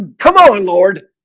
come on lord.